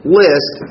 list